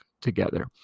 together